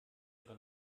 ihre